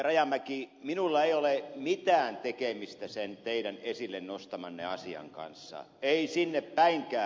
rajamäki minulla ei ole mitään tekemistä sen teidän esille nostamanne asian kanssa ei sinne päinkään